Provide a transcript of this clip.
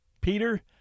Peter